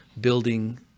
building